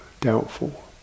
doubtful